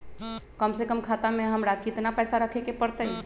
कम से कम खाता में हमरा कितना पैसा रखे के परतई?